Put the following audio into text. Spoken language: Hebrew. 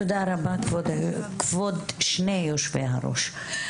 תודה רבה כבוד שני יושבי-הראש,